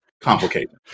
complicated